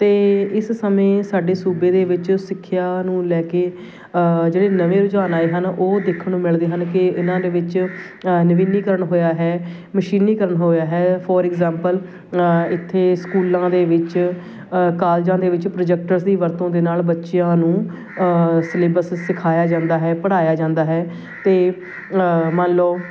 ਅਤੇ ਇਸ ਸਮੇਂ ਸਾਡੇ ਸੂਬੇ ਦੇ ਵਿੱਚ ਸਿੱਖਿਆ ਨੂੰ ਲੈ ਕੇ ਜਿਹੜੇ ਨਵੇਂ ਰੁਝਾਨ ਆਏ ਹਨ ਉਹ ਦੇਖਣ ਨੂੰ ਮਿਲਦੇ ਹਨ ਕਿ ਇਹਨਾਂ ਦੇ ਵਿੱਚ ਨਵੀਨੀਕਰਨ ਹੋਇਆ ਹੈ ਮਸ਼ੀਨੀਕਰਨ ਹੋਇਆ ਹੈ ਫੋਰ ਇਗਜ਼ਾਮਪਲ ਇੱਥੇ ਸਕੂਲਾਂ ਦੇ ਵਿੱਚ ਕਾਲਜਾਂ ਦੇ ਵਿੱਚ ਪ੍ਰੋਜੈਕਟਰਸ ਦੀ ਵਰਤੋਂ ਦੇ ਨਾਲ ਬੱਚਿਆਂ ਨੂੰ ਸਿਲੇਬਸ ਸਿਖਾਇਆ ਜਾਂਦਾ ਹੈ ਪੜ੍ਹਾਇਆ ਜਾਂਦਾ ਹੈ ਅਤੇ ਮੰਨ ਲਓ